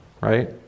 right